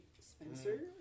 Spencer